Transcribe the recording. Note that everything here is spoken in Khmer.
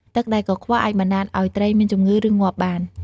ទឹកដែលកខ្វក់អាចបណ្តាលឲ្យត្រីមានជំងឺ ឬងាប់បាន។